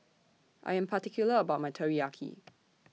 I Am particular about My Teriyaki